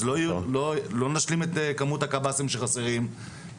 לא נשלים את כמות הקב"סים שחסרים,